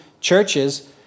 churches